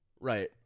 Right